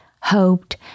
hoped